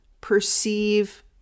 perceive